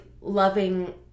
loving